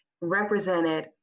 represented